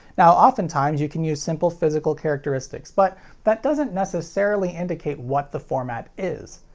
now, often times you can use simple physical characteristics, but that doesn't necessarily indicate what the format is.